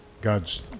God's